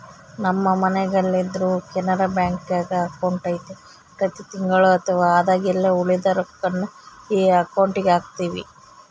ನಮ್ಮ ಮನೆಗೆಲ್ಲರ್ದು ಕೆನರಾ ಬ್ಯಾಂಕ್ನಾಗ ಅಕೌಂಟು ಐತೆ ಪ್ರತಿ ತಿಂಗಳು ಅಥವಾ ಆದಾಗೆಲ್ಲ ಉಳಿದ ರೊಕ್ವನ್ನ ಈ ಅಕೌಂಟುಗೆಹಾಕ್ತಿವಿ